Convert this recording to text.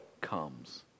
comes